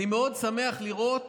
אני מאוד שמח לראות